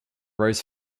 rose